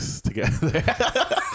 together